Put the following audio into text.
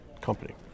company